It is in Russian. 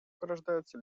порождается